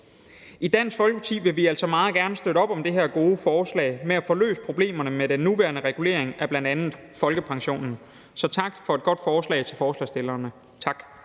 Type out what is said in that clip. I Dansk Folkeparti vil vi altså meget gerne støtte op om det her gode forslag med at få løst problemerne med den nuværende regulering af bl.a. folkepensionen. Så tak til forslagsstillerne for